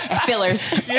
Fillers